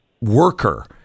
worker